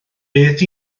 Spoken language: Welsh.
beth